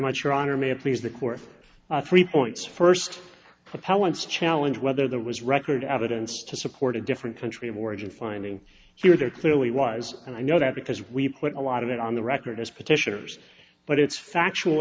court three points first propellent challenge whether there was record evidence to support a different country of origin finding here there clearly was and i know that because we put a lot of it on the record as petitioners but it's factual